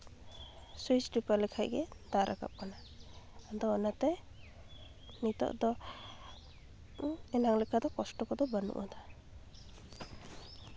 switch ᱴᱤᱯᱟᱹᱣ ᱞᱮᱠᱷᱟᱡ ᱜᱮ ᱫᱟᱜ ᱨᱟᱠᱟᱯ ᱠᱟᱱᱟ ᱟᱫᱚ ᱚᱱᱟ ᱛᱮ ᱱᱤᱛᱳᱜ ᱫᱚ ᱮᱱᱟᱱ ᱞᱮᱠᱟ ᱫᱚ ᱠᱚᱥᱴᱚ ᱠᱚᱫᱚ ᱵᱟᱹᱱᱩᱜᱼᱟ